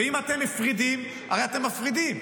ואם אתם מפרידים, הרי אתם מפרידים,